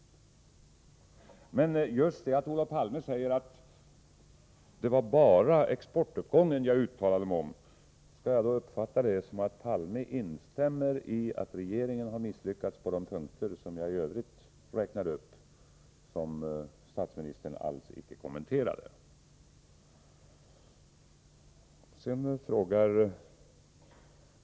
Men Olof Palme säger att jag bara uttalade mig om exportuppgången — skall jag uppfatta det så att Olof Palme instämmer i att regeringen har misslyckats på de punkter som jag i övrigt räknade upp och som statsministern alls icke kommenterade?